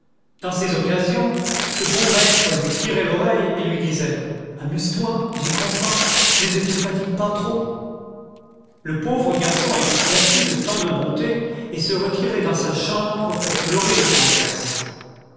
dans ces occasions ce bon maître lui tirait l'oreille et lui disait amuse-toi j'y consens mais ne te fatigue pas trop le pauvre garçon était confus de tant de bontés et se retirait dans sa chambre pour pleurer de tendresse